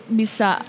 bisa